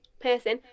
person